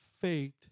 faith